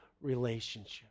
relationship